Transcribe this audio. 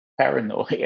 paranoia